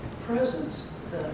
Presence